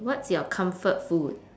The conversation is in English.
what's your comfort food